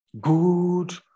good